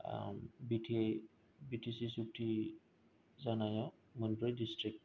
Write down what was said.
बि थि सि सुकथि जानायाव मोनब्रै दिसथ्रिक